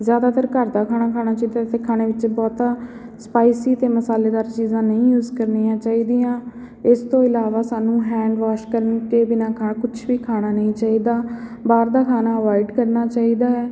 ਜ਼ਿਆਦਾਤਰ ਘਰ ਦਾ ਖਾਣਾ ਖਾਣਾ ਚਾਹੀਦਾ ਅਤੇ ਖਾਣੇ ਵਿੱਚ ਬਹੁਤਾ ਸਪਾਈਸੀ ਅਤੇ ਮਸਾਲੇਦਾਰ ਚੀਜ਼ਾਂ ਨਹੀਂ ਯੂਸ ਕਰਨੀਆਂ ਚਾਹੀਦੀਆਂ ਇਸ ਤੋਂ ਇਲਾਵਾ ਸਾਨੂੰ ਹੈਂਡ ਵਾਸ਼ ਕਰਨ ਤੋਂ ਬਿਨਾਂ ਕੁਛ ਵੀ ਖਾਣਾ ਨਹੀਂ ਚਾਹੀਦਾ ਬਾਹਰ ਦਾ ਖਾਣਾ ਅਵੋਆਈਡ ਕਰਨਾ ਚਾਹੀਦਾ ਹੈ